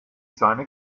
seine